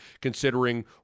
considering